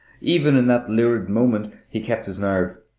even in that lurid moment he kept his nerve.